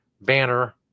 banner